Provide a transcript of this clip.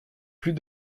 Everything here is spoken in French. plus